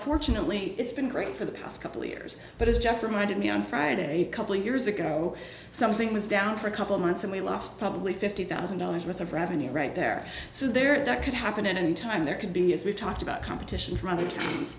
fortunately it's been great for the past couple years but it just reminded me on friday couple of years ago something was down for a couple of months and we left probably fifty thousand dollars worth of revenue right there so there that could happen at any time there could be as we talked about competition for other